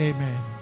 Amen